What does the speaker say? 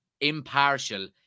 impartial